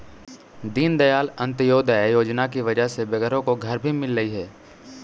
दीनदयाल अंत्योदय योजना की वजह से बेघरों को घर भी मिललई हे